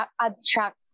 abstract